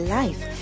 life